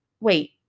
wait